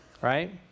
Right